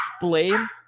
explain